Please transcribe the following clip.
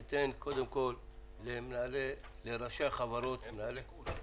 אני אתן קודם כל לראשי החברות לדבר.